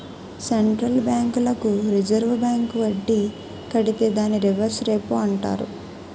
central బ్యాంకులకు reserve bank వడ్డీ కడితే దాన్ని రివర్స్ రెపో అంటారు